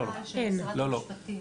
אז אני שואלת אם יש חקיקה של משרד המשפטים.